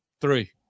Three